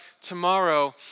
tomorrow